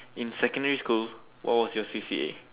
in secondary school what was your C_C_A